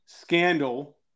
scandal